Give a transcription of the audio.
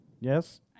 Yes